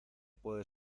puede